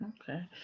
okay